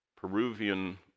Peruvian